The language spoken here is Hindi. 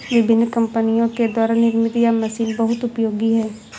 विभिन्न कम्पनियों के द्वारा निर्मित यह मशीन बहुत उपयोगी है